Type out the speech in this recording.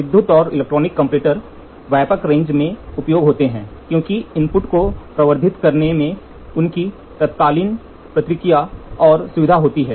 विद्युत और electronic comparator व्यापक रेंज में उपयोग होते हैं क्योंकि इनपुट को प्रवर्धित करने में उनकी तात्कालिक प्रतिक्रिया और सुविधा होती है